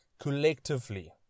collectively